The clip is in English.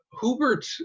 Hubert